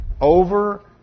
over